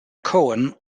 cohen